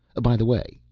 by the way,